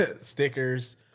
stickers